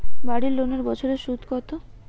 বাড়ি লোনের বছরে সুদ কত?